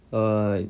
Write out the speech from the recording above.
err